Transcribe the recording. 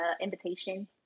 invitation